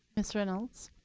ms. reynolds?